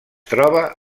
troba